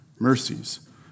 mercies